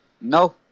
No